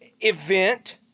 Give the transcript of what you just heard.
event